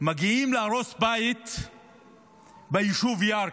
מגיעים להרוס בית ביישוב ירכא.